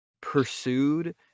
pursued